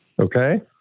Okay